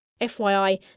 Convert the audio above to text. FYI